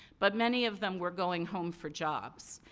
but, many of them were going home for jobs.